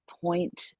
point